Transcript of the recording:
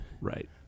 right